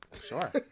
Sure